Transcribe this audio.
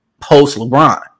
post-LeBron